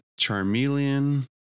Charmeleon